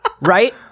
Right